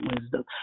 wisdom